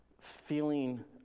feeling